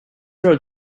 road